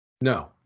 No